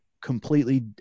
completely